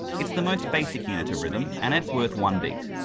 it's the most basic unit of rhythm, and it's worth one beat.